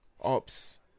ops